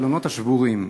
החלונות השבורים.